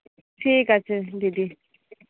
ঠিক আছে দিদি